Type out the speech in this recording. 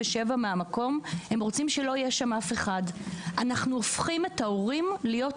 אנחנו נותנים תגבור למגזר החרדי ולמגזר